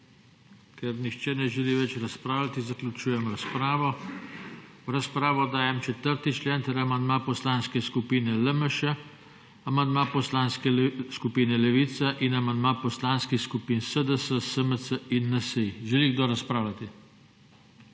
Ker nihče ne želi razpravljati, zaključujem razpravo. V razpravo dajem 4. člen ter amandma Poslanske skupine LMŠ, amandma Poslanske skupine Levica in amandma poslanskih skupin SDS, SMC in NSi. Želi kdo razpravljati?